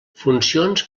funcions